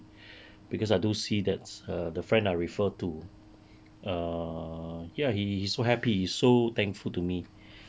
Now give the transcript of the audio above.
because I do see that's err the friend I refer to err ya he he's so happy so thankful to me